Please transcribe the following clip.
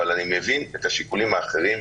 אבל אני מבין את השיקולים האחרים,